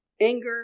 Anger